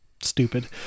stupid